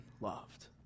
loved